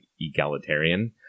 egalitarian